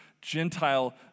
Gentile